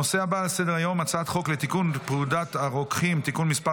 הנושא הבא על סדר-היום: הצעת חוק לתיקון פקודת הרוקחים (תיקון מס'